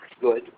good